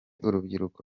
urubyiruko